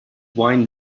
wine